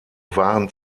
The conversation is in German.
waren